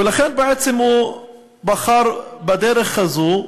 ולכן בעצם הוא בחר בדרך הזו,